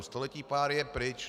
Století páry je pryč.